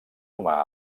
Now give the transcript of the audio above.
humà